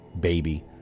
baby